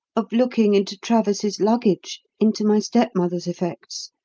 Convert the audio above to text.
of looking into travers's luggage, into my stepmother's effects,